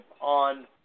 on